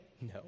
No